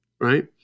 right